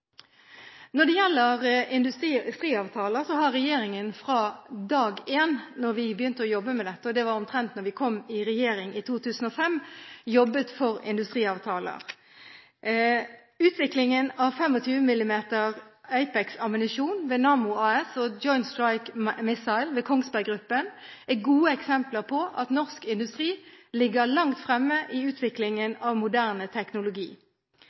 Når det gjelder industriavtaler, har regjeringen fra dag én da vi begynte å jobbe med dette – og det var omtrent da vi kom i regjering i 2005 – jobbet for industriavtaler. Utviklingen av 25 mm APEX-ammunisjon ved Nammo AS og Joint Strike Missile, JSM, ved Kongsberg Gruppen er gode eksempler på at norsk industri ligger langt fremme i utviklingen av moderne teknologi.